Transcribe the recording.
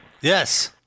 Yes